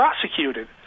prosecuted